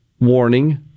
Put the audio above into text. warning